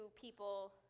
people